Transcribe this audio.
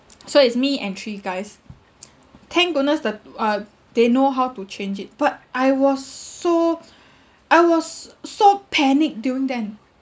so it's me and three guys thank goodness that uh they know how to change it but I was s~ so I was s~ so panic during then